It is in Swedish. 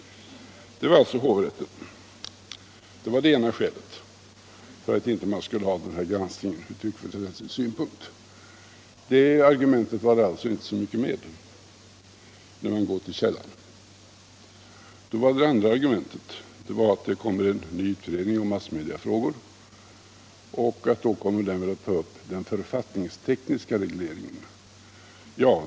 Det var ett av de skäl som anförts för att man inte skulle göra en granskning ur tryckfrihetsrättslig synpunkt. Det argumentet är det alltså inte mycket med när man går till källan. Det andra argumentet var att en ny utredning om massmediafrågor förmodligen kommer att ta upp den författningstekniska regleringen.